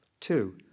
Two